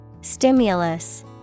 Stimulus